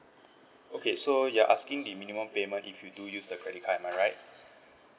okay so you're asking the minimum payment if you do use the credit card am I right